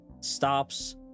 stops